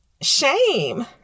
shame